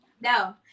no